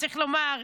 צריך לומר,